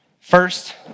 First